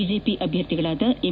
BJP ಅಭ್ಯರ್ಥಿಗಳಾದ M